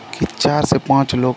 कि चार से पाँच लोग